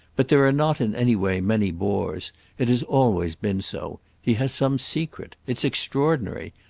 but there are not in any way many bores it has always been so he has some secret. it's extraordinary.